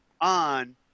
on